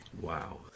Wow